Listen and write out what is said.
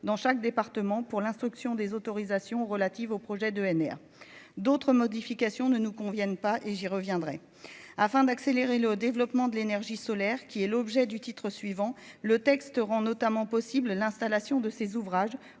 dans chaque département pour l'instruction des autorisations relatives au projet de ENR d'autres modifications ne nous conviennent pas, et j'y reviendrai, afin d'accélérer le développement de l'énergie solaire, qui est l'objet du titre suivant le texte auront notamment possible l'installation de ses ouvrages